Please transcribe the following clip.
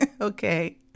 okay